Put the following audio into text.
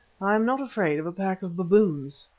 i am not afraid of a pack of baboons.